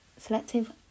selective